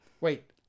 wait